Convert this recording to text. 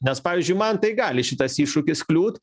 nes pavyzdžiui man tai gali šitas iššūkis kliūt